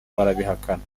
barabihakana